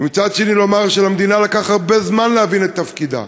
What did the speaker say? ומצד שני לומר שלמדינה לקח הרבה זמן להבין את תפקידה,